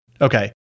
Okay